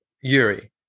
Yuri